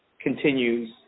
continues